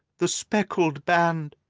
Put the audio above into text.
the speckled band